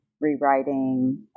rewriting